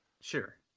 Sure